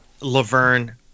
Laverne